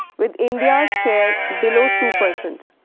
with india's share below two percent,